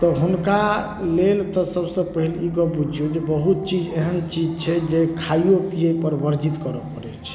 तऽ हुनका लेल तऽ सबसँ पहिले ई गप पुछिऔ जे बहुत चीज एहन चीज छै जे खाइऔ पिएपर वर्जित करऽ पड़ै छै